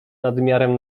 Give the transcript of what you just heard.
nadmiarem